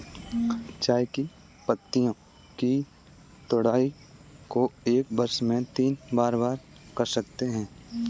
चाय की पत्तियों की तुड़ाई को एक वर्ष में तीन बार कर सकते है